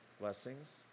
Blessings